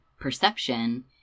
perception